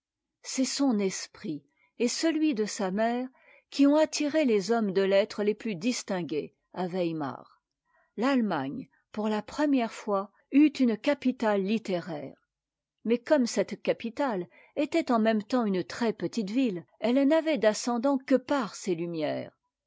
c'est son esprit et celui de sa mère qui ont attiré les hommes de lettres les plus distingués à weimar l'allemagne pour la première fois eut une capitale littéraire mais comme cette capitale était en même temps une très-petite ville elle n'avait d'ascendant que par ses lumières